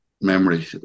memory